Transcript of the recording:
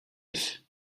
ich